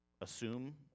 assume